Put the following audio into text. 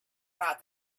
thought